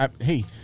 Hey